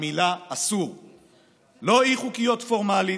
המילה "אסור"; לא אי-חוקיות פורמלית,